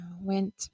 went